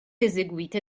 eseguite